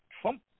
Trump